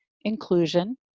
inclusion